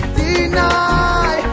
deny